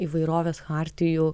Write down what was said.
įvairovės chartijų